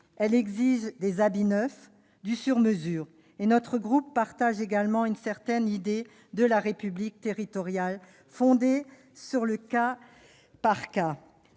Elle exige des habits neufs, du « sur-mesure ». Notre groupe partage également une certaine idée de la République territoriale, fondée sur le cas par cas.